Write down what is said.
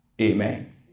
Amen